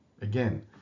Again